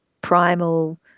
primal